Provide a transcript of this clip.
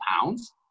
pounds